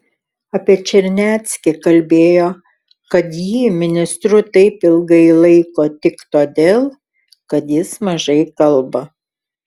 apie čarneckį kalbėjo kad jį ministru taip ilgai laiko tik todėl kad jis mažai kalba